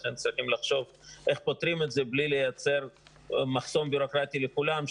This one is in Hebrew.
לכן צריכים לחשוב איך פותרים את זה בלי לייצר מחסום ביורוקרטי לכולם,